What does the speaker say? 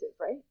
right